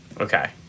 Okay